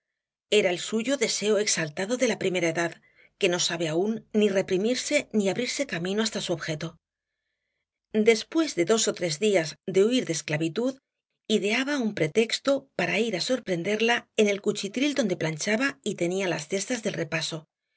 era el suyo deseo exaltado de la primera edad que no sabe aún ni reprimirse ni abrirse camino hasta su objeto después de dos ó tres días de huir de la esclavitud ideaba un pretexto para ir á sorprenderla en el cuchitril donde planchaba y tenía las cestas del repaso